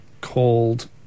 called